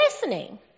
listening